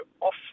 off